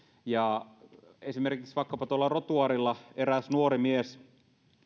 esimerkiksi vaikkapa tuolla rotuaarilla oulussa eräs nuori mies